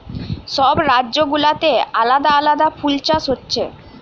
সব রাজ্য গুলাতে আলাদা আলাদা ফুল চাষ হচ্ছে